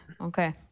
okay